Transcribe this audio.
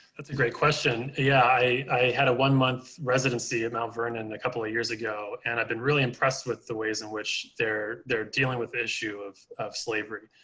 that's a great question. yeah, i had a one month residency in mount vernon a couple of years ago. and i've been really impressed with the ways in which they're, they're dealing with issue of of slavery.